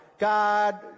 God